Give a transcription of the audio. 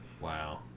Wow